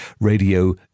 radio